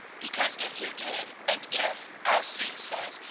because, if you did, and if, as sue says,